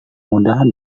mudah